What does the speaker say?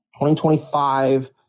2025